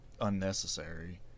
unnecessary